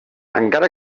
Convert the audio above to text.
encara